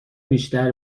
بیشتر